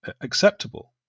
acceptable